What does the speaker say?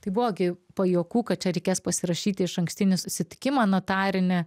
tai buvo gi pajuokų kad čia reikės pasirašyti išankstinį susitikimą notarinį